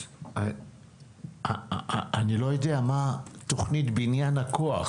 אז אני לא יודע מה תוכנית בניין הכוח,